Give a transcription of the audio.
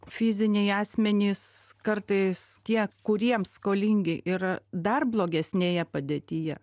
fiziniai asmenys kartais tie kuriems skolingi ir dar blogesnėje padėtyje